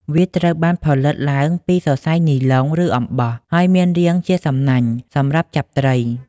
វាត្រូវបានផលិតឡើងពីសរសៃនីឡុង ឬអំបោះ ហើយមានរាងជាសំណាញ់សម្រាប់ចាប់ត្រី។